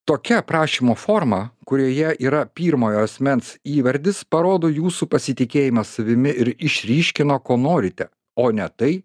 tokia prašymo formą kurioje yra pirmojo asmens įvardis parodo jūsų pasitikėjimą savimi ir išryškina ko norite o ne tai